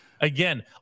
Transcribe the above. Again